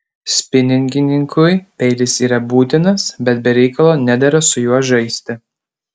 spiningininkui peilis yra būtinas bet be reikalo nedera su juo žaisti